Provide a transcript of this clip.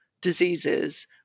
diseases